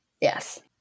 Yes